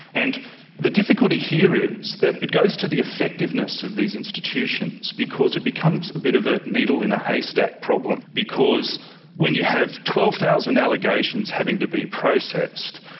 and the difficulty here is that it goes to the effectiveness of these institutions because it becomes a bit of a needle in a haystack problem, because when you have twelve thousand allegations having to be processed,